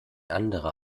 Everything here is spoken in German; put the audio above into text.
anderer